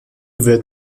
wird